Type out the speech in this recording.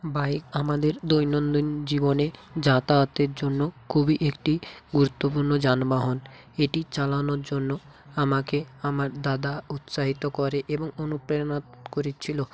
bike আমাদের দৈনন্দিন জীবনে যাতায়াতের জন্য খুবই একটি গুরুত্বপূর্ণ যানবাহন এটি চালানোর জন্য আমাকে আমার দাদা উৎসাহিত করে এবং অনুপ্রেরণা করেছিলো